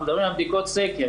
אנחנו מדברים על בדיקות סקר,